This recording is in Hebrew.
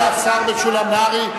כבוד השר משולם נהרי,